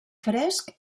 fresc